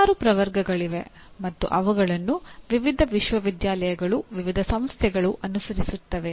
ಹಲವಾರು ಪ್ರವರ್ಗಗಳಿವೆ ಮತ್ತು ಅವುಗಳನ್ನು ವಿವಿಧ ವಿಶ್ವವಿದ್ಯಾಲಯಗಳು ವಿವಿಧ ಸಂಸ್ಥೆಗಳು ಅನುಸರಿಸುತ್ತವೆ